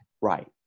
Right